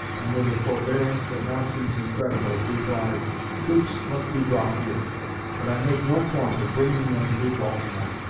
and with a forbearance that now seems incredible, replied troops must be brought here but i make no point of bringing them through baltimore.